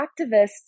activists